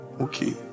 okay